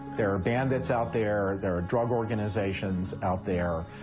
there are bandits out there, there are drug organizations out there.